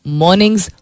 mornings